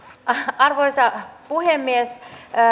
arvoisa puhemies